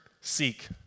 seek